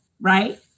right